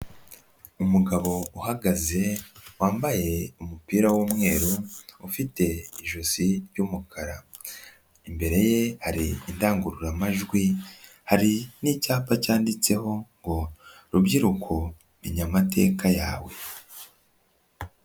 Umugabo uhagaze wambaye umupira w'umweru ufite ijosi ry'umukara, imbere ye hari indangururamajwi, hari n'icyapa cyanditseho ngo rubyiruko menya amateka yawe.